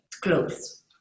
clothes